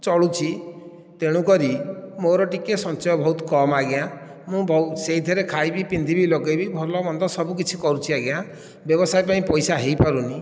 ଚଳୁଛି ତେଣୁକରି ମୋର ଟିକିଏ ସଞ୍ଚୟ ବହୁତ କମ୍ ଆଜ୍ଞା ମୁଁ ସେଥିରେ ଖାଇବି ପିନ୍ଧିବି ଲଗାଇବି ଭଲ ମନ୍ଦ ସବୁକିଛି କରୁଛି ଆଜ୍ଞା ବ୍ୟବସାୟ ପାଇଁ ପଇସା ହୋଇପାରୁନି